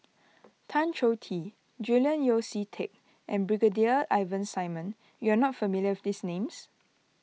Tan Choh Tee Julian Yeo See Teck and Brigadier Ivan Simson you are not familiar with these names